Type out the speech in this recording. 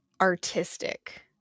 artistic